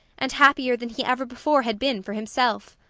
and happier than he ever before had been for himself.